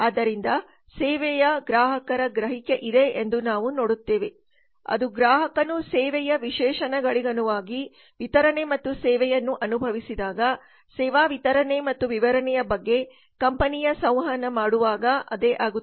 ಆದ್ದರಿಂದ ಸೇವೆಯ ಗ್ರಾಹಕರ ಗ್ರಹಿಕೆ ಇದೆ ಎಂದು ನಾವು ನೋಡುತ್ತೇವೆ ಅದು ಗ್ರಾಹಕನು ಸೇವೆಯ ವಿಶೇಷಣಗಳಿಗನುಗುಣವಾಗಿ ವಿತರಣೆ ಮತ್ತು ಸೇವೆಯನ್ನು ಅನುಭವಿಸಿದಾಗ ಸೇವಾ ವಿತರಣೆ ಮತ್ತು ವಿವರಣೆಯ ಬಗ್ಗೆ ಕಂಪನಿಯ ಸಂವಹನ ಮಾಡುವಾಗ ಅದೇ ಆಗುತ್ತದೆ